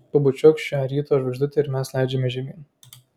pabučiuok šią ryto žvaigždutę ir mes leidžiamės žemyn